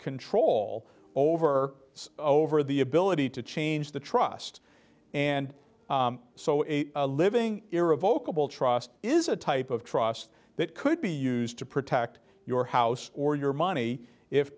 control over it's over the ability to change the trust and so a a living irrevocably trust is a type of trust that could be used to protect your house or your money if